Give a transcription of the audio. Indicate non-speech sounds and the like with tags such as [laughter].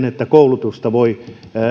[unintelligible] että koulutusta voi